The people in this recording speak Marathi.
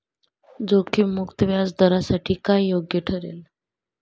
जोखीम मुक्त व्याजदरासाठी काय योग्य ठरेल?